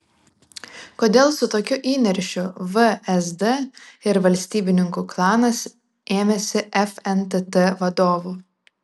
kodėl su tokiu įniršiu vsd ir valstybininkų klanas ėmėsi fntt vadovų